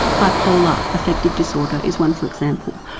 bipolar effective disorder is one for example.